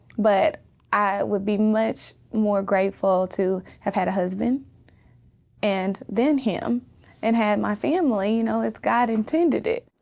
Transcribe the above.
but i would be much more grateful to have had a husband and then him and had my family you know as god intended it.